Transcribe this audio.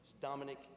Dominic